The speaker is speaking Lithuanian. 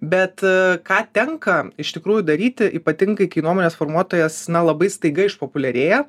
bet ką tenka iš tikrųjų daryti ypatingai kai nuomonės formuotojas na labai staiga išpopuliarėja